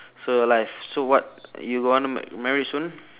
so life so what you gonna m~ marry soon